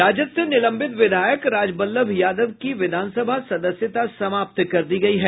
राजद से निलंबित विधायक राजवल्लभ यादव की विधानसभा सदस्यता समाप्त कर दी गयी है